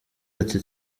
ati